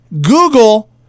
Google